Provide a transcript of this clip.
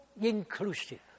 inclusive